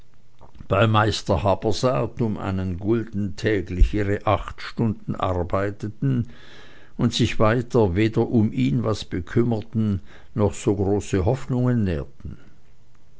meister habersaat um einen gulden täglich ihre acht stunden arbeiteten und sich weiter weder um ihn was bekümmerten noch große hoffnungen nährten